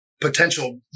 potential